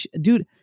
dude